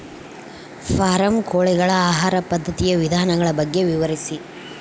Form ಕೋಳಿಗಳ ಆಹಾರ ಪದ್ಧತಿಯ ವಿಧಾನಗಳ ಬಗ್ಗೆ ವಿವರಿಸಿ?